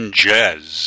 Jazz